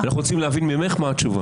ואנחנו רוצים להבין ממך מה התשובה.